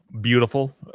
beautiful